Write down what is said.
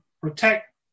Protect